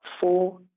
four